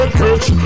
coach